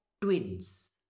twins